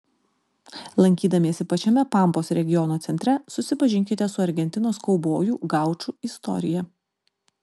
lankydamiesi pačiame pampos regiono centre susipažinkite su argentinos kaubojų gaučų istorija